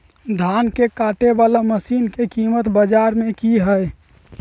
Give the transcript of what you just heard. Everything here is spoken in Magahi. धान के कटे बाला मसीन के कीमत बाजार में की हाय?